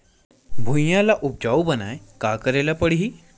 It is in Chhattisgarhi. भुइयां ल उपजाऊ बनाये का करे ल पड़ही?